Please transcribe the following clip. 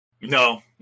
no